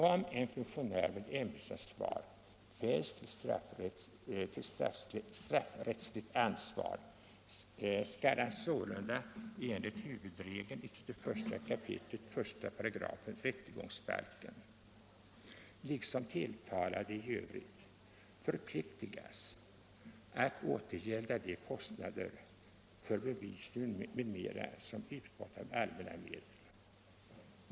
Om en funktionär med ämbetsansvar fälls till straffrättsligt ansvar, skall han sålunda enligt huvudregeln i 31 kap. 1 § rättegångsbalken — liksom tilltalade i övrigt — förpliktigas att återgälda de kostnader för bevisning m.m. som utgått av allmänna medel.